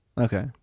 Okay